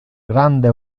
grande